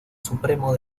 supremo